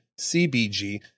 CBG